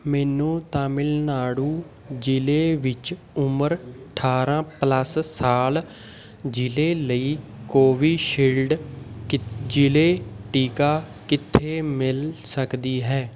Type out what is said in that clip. ਮੈਨੂੰ ਤਾਮਿਲਨਾਡੂ ਜਿਲ੍ਹੇ ਵਿੱਚ ਉਮਰ ਅਠਾਰਾਂ ਪਲੱਸ ਸਾਲ ਜਿਲ੍ਹੇ ਲਈ ਕੋਵਿਸ਼ਿਲਡ ਕਿੱ ਜਿਲ੍ਹੇ ਟੀਕਾ ਕਿੱਥੇ ਮਿਲ ਸਕਦੀ ਹੈ